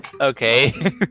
Okay